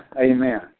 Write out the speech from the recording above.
Amen